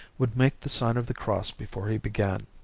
would make the sign of the cross before he began.